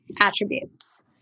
attributes